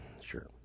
Sure